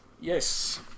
Yes